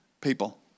people